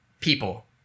people